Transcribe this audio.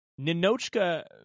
Ninochka